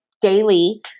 daily